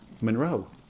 Monroe